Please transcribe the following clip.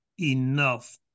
enough